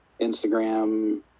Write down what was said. Instagram